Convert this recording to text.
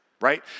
right